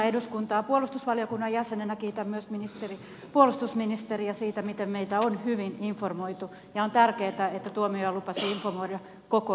puolustusvaliokunnan jäsenenä kiitän myös puolustusministeriä siitä miten meitä on hyvin informoitu ja on tärkeätä että tuomioja lupasi informoida koko eduskuntaa